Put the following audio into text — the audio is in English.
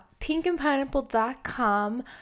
pinkandpineapple.com